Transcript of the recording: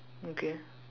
okay